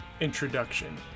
introduction